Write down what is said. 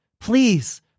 please